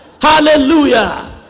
Hallelujah